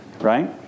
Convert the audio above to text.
Right